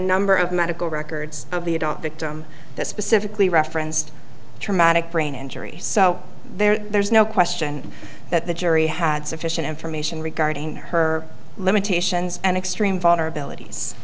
number of medical records of the don't victim that specifically referenced traumatic brain injury so there's no question that the jury had sufficient information regarding her limitations and extreme vulnerabilities